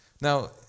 Now